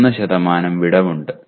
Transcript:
1 വിടവുണ്ട്